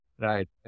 right